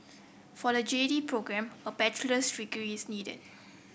for the J D programme a bachelor's degree is needed